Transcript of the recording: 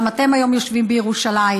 גם אתם היום יושבים בירושלים.